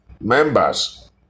members